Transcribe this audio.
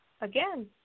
Again